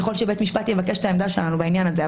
ככל שבית משפט יבקש את העמדה שלנו בעניין הזה.